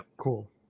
Cool